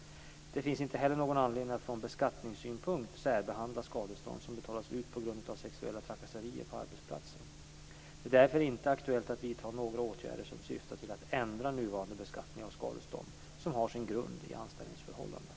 Det finns inte heller någon anledning att från beskattningssynpunkt särbehandla skadestånd som betalas ut på grund av sexuella trakasserier på arbetsplatsen. Det är därför inte aktuellt att vidta några åtgärder som syftar till att ändra nuvarande beskattning av skadestånd som har sin grund i anställningsförhållanden.